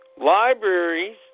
libraries